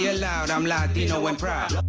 yeah loud. i'm latino and proud.